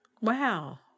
Wow